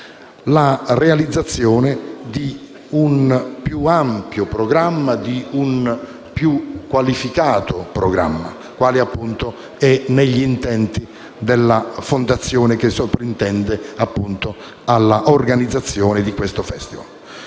alla realizzazione di un più ampio e più qualificato programma, qual è, appunto, negli intenti della fondazione che sovrintende alla organizzazione di questo Festival.